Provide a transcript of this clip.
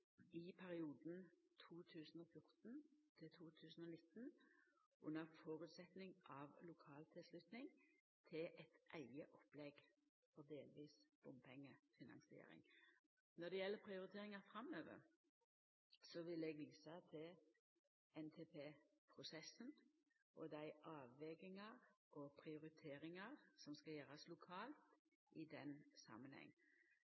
i perioden 2014–2019 dersom det blir lokal tilslutning til eit eige opplegg for delvis bompengefinansiering. Når det gjeld prioriteringa framover, vil eg visa til NTP-prosessen og dei avvegingane og prioriteringane som skal gjerast lokalt